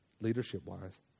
leadership-wise